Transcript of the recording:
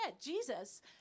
jesus